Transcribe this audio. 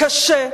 קשה,